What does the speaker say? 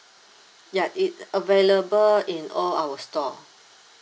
ya it available in all our store